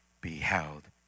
beheld